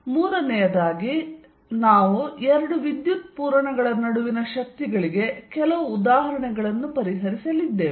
ಮೂರನೆಯದಾಗಿ ನಾವು ಎರಡು ವಿದ್ಯುತ್ ಪೂರಣಗಳ ನಡುವಿನ ಶಕ್ತಿಗಳಿಗೆ ಕೆಲವು ಉದಾಹರಣೆಗಳನ್ನು ಪರಿಹರಿಸಲಿದ್ದೇವೆ